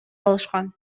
алышкан